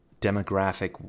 demographic